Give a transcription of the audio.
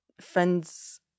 friends